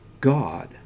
God